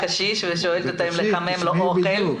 אומרות 'תתפטרו ואז נוציא אתכם לחל"ת'.